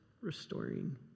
restoring